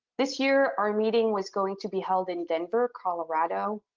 this year our meeting was going to be held in denver, colorado.